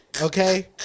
Okay